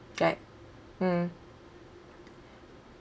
right mm